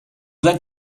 lent